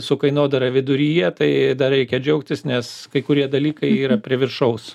su kainodara viduryje tai dar reikia džiaugtis nes kai kurie dalykai yra prie viršaus